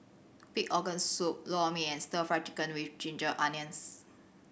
pig organ soup Lor Mee and Stir Fry Chicken with ginger onions